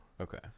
Okay